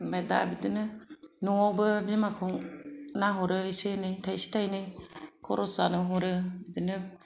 आमफ्राय दा बिदिनो न'आवबो बिमाखौ नाहरो एसे एनै थाइसे थाइनै खरस जानो हरो बिदिनो